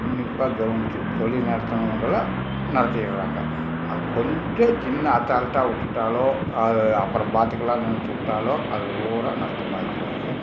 உன்னிப்பாக கவனித்து தொழில் நடத்தினவங்கள நடத்திடுறாங்க அது கொஞ்சம் சின்ன அசால்ட்டாக விட்டுட்டாலோ அதை அப்புறம் பார்த்துக்கலான்னு நினச்சி விட்டாலோ அது பூராக நஷ்டமாக போகுது